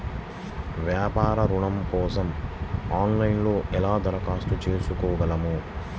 వ్యాపార ఋణం కోసం ఆన్లైన్లో ఎలా దరఖాస్తు చేసుకోగలను?